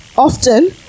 Often